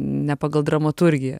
ne pagal dramaturgiją